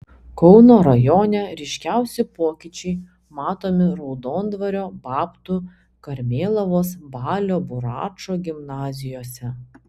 kauno rajone ryškiausi pokyčiai matomi raudondvario babtų karmėlavos balio buračo gimnazijose